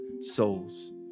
souls